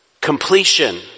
Completion